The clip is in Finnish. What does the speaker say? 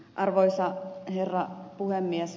arvoisa herra puhemies